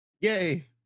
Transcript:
Yay